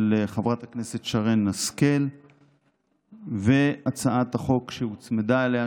חברת הכנסת שרן השכל והצעת חוק שהוצמדה אליה,